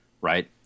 right